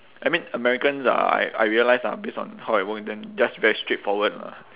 I mean americans are I I realise ah based on how I work with them just very straightforward lah